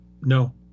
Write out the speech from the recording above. No